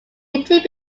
meeting